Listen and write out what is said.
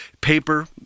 Paper